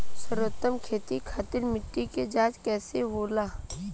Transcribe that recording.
सर्वोत्तम खेती खातिर मिट्टी के जाँच कइसे होला?